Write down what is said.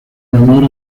honor